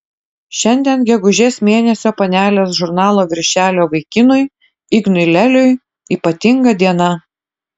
šiandien gegužės mėnesio panelės žurnalo viršelio vaikinui ignui leliui ypatinga diena